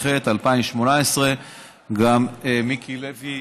התשע"ח 2018. גם מיקי לוי